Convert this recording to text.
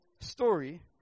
story